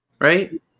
right